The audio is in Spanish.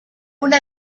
una